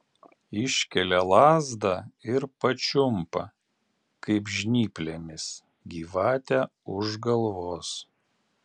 iškelia lazdą ir pačiumpa kaip žnyplėmis gyvatę už galvos